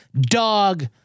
dog